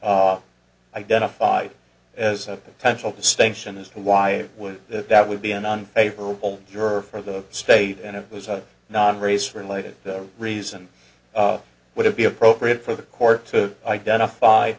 had identified as a potential distinction as to why would that that would be an unfavorable your for the state and it was a non race related reason would it be appropriate for the court to identify